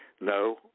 No